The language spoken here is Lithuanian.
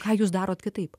ką jūs darot kitaip